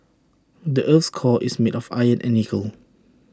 the Earth's core is made of iron and nickel